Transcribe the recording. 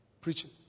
preaching